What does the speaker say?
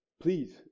Please